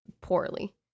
poorly